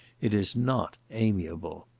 it is not amiable.